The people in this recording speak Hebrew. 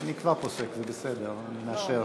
אבל יש סעיף